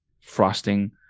frosting